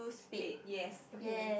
spade yes okay